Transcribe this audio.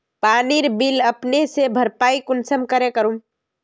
पानीर बिल अपने से भरपाई कुंसम करे करूम?